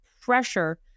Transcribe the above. pressure